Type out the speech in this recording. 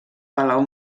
palau